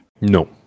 No